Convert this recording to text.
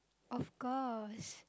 of course